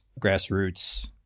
grassroots